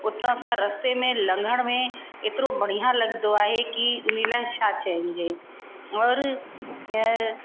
उतां सां रस्ते में लंघण में एतिरो बढ़िया लॻंदो आहे की उन लाइ छा चइजे और